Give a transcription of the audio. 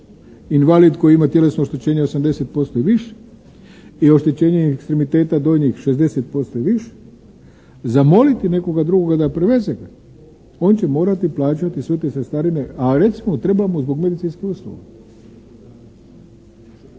invalid koji ima tjelesno oštećenje 80% i više i oštećenje ekstremiteta donjeg 60% i više, zamoliti nekoga drugoga da preveze ga, on će morati plaćati sve te cestarine, a recimo treba mu zbog medicinskih usluga.